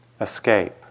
escape